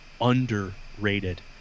underrated